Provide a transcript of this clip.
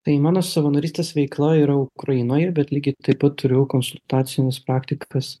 tai mano savanorystės veikla yra ukrainoj ir bet lygiai taip pat turiu konsultacinis praktikas